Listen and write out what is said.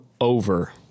over